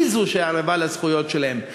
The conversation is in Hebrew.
היא זו שערבה לזכויות שלהם.